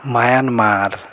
Myanmar